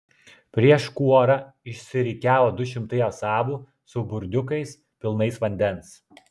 prieš kuorą išsirikiavo du šimtai asabų su burdiukais pilnais vandens